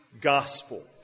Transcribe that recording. gospel